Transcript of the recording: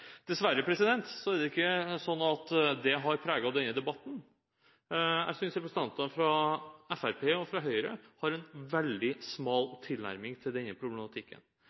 Dessverre har ikke det preget denne debatten. Jeg synes representantene fra Fremskrittspartiet og fra Høyre har en veldig smal tilnærming til denne problematikken.